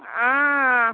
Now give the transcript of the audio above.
ஆ